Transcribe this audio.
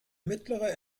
mittlere